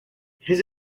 his